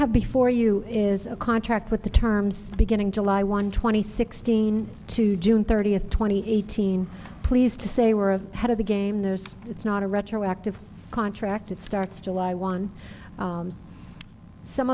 have before you is a contract with the terms beginning to lie one twenty sixteen to june thirtieth twenty eighteen please to say were head of the game there's it's not a retroactive contract it starts july one some